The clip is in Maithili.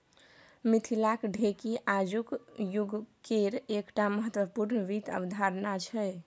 मिथिलाक ढेकी आजुक युगकेर एकटा महत्वपूर्ण वित्त अवधारणा छै